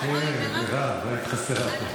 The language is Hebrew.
מירב, היית חסרה פה.